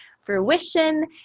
fruition